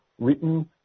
written